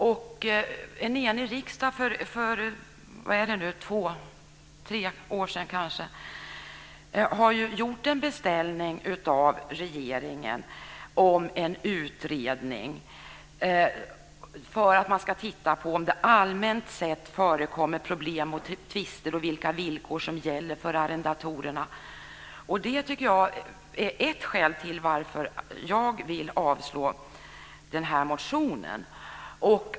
För två tre år sedan gjorde en enig riksdag en beställning hos regeringen om en utredning som ska titta på om det allmänt sett förekommer problem och tvister och vilka villkor som gäller för arrendatorerna. Det är ett skäl till varför jag vill avslå den här motionen.